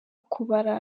kubara